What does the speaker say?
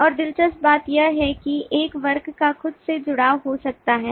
और दिलचस्प बात यह है कि एक वर्ग का खुद से जुड़ाव हो सकता है